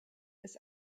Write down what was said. ist